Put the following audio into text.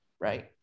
right